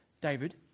David